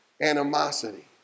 animosity